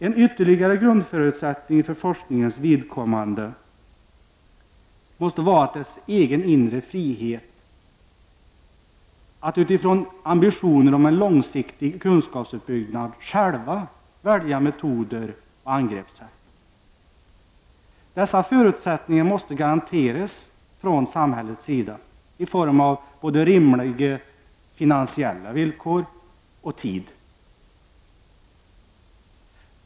En ytterligare grundförutsättning för forskningens vidkommande måste vara dess egen inre frihet att utifrån ambitionen om en långsiktig kunskapsuppbyggnad själv välja metoder och angreppssätt. Dessa förutsättningar måste garanteras från samhällets sida i form av både rimliga finansiella villkor och tid.